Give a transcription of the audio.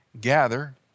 gather